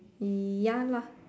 ya lah